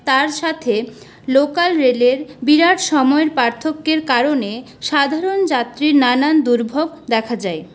তার সাথে লোকাল রেলের বিরাট সময়ের পার্থক্যের কারণে সাধারণ যাত্রীর নানান দুর্ভোগ দেখা যায়